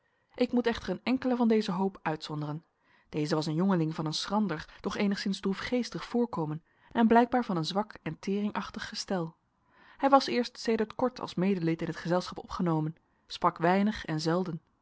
ik moet echter een enkelen van dezen hoop uitzonderen deze was een jongeling van een schrander doch eenigszins droefgeestig voorkomen en blijkbaar van een zwak en teringachtig gestel hij was eerst sedert kort als medelid in het gezelschap opgenomen sprak weinig en zelden